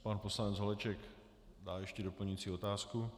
Pan poslanec Holeček dá ještě doplňující otázku.